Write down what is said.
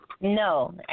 No